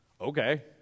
Okay